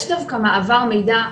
יש דווקא מעבר מידע,